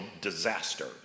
disaster